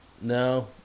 No